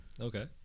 Okay